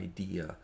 idea